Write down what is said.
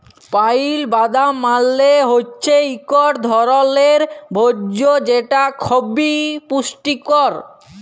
pile বাদাম মালে হৈচ্যে ইকট ধরলের ভোজ্য যেটা খবি পুষ্টিকর